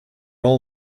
all